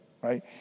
right